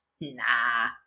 nah